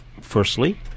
firstly